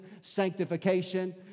sanctification